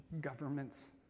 governments